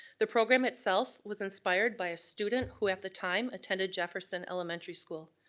the program itself was inspired by a student who at the time attended jefferson elementary school.